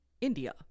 India